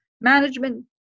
management